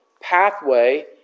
pathway